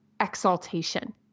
exaltation